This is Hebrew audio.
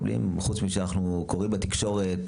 חוץ ממה שאנחנו קוראים בתקשורת,